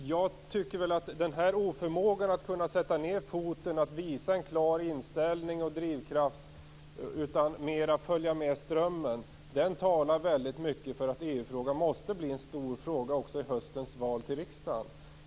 Jag tycker att den här oförmågan att sätta ned foten och visa en klar inställning och drivkraft, och i stället mer följa med strömmen, talar väldigt mycket för att EU-frågan måste bli en stor fråga också i höstens val till riksdagen.